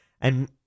and-